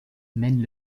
mène